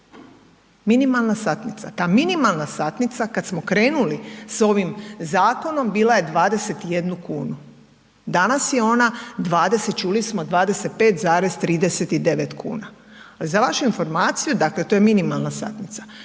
minimalna satnica. Ta minimalna satnica kad smo krenuli s ovim zakonom bila je 21 kunu, danas je 25 čuli smo, 25,39 kuna. Za vašu informaciju, dakle to je minimalna satnica,